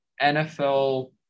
NFL